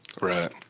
Right